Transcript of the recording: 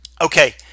okay